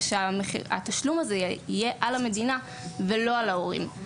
שהתשלום הזה יהיה על המדינה ולא על ההורים.